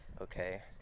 okay